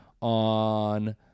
on